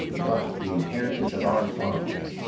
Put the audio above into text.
but the inheritance of our fathers,